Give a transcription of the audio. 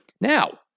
Now